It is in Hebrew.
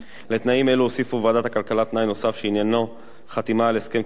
לתנאים אלו הוסיפה ועדת הכלכלה תנאי נוסף שעניינו חתימה על הסכם קיבוצי